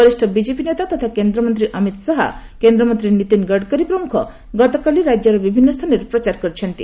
ବରିଷ୍ଣ ବିଜେପି ନେତା ତଥା କେନ୍ଦ୍ରମନ୍ତ୍ରୀ ଅମିତ ଶାହା କେନ୍ଦ୍ରମନ୍ତ୍ରୀ ନୀତିନ ଗଡ଼କରୀ ପ୍ରମୁଖ ଗତକାଲି ରାଜ୍ୟରେ ବିଭିନ୍ନ ସ୍ଥାନରେ ପ୍ରଚାର କରିଛନ୍ତି